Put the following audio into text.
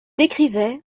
décrivait